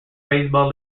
baseball